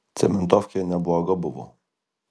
cementofkė nebloga buvo